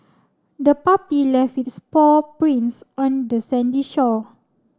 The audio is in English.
the puppy left its paw prints on the sandy shore